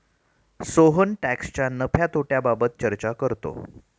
सोहन टॅक्सच्या नफ्या तोट्याबाबत चर्चा करतो